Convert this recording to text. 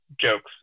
jokes